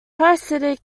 parasitic